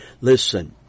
Listen